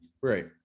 Right